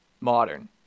Modern